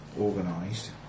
organised